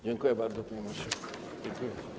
Dziękuję bardzo, panie marszałku.